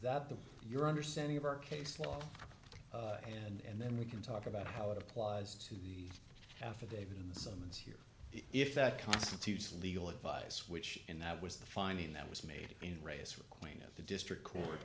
the your understanding of our case law and then we can talk about how it applies to the affidavit in the summons here if that constitutes legal advice which and that was the finding that was made in race or queen of the district court